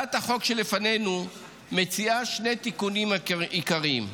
הצעת החוק שלפנינו מציעה שני תיקונים עיקריים: